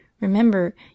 Remember